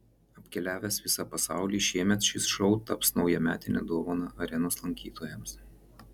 apkeliavęs visą pasaulį šiemet šis šou taps naujametine dovana arenos lankytojams